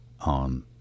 on